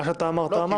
מה שאמרת אמרת.